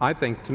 i think to